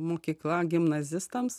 mokykla gimnazistams